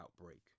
outbreak